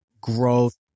growth